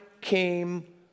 came